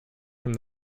from